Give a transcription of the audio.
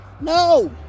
No